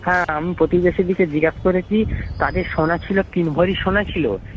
হ্যাঁ আমি প্রতিবেশীদেরকে জিজ্ঞাস করেছি তাদের সোনা ছিল তিন ভরি সোনা ছিল